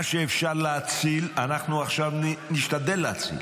מה שאפשר להציל אנחנו עכשיו נשתדל להציל,